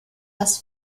das